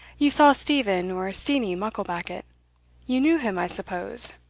you saw steven, or steenie, mucklebackit you knew him, i suppose?